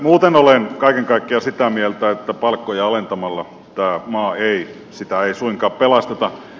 muuten olen kaiken kaikkiaan sitä mieltä että palkkoja alentamalla tätä maata ei suinkaan pelasteta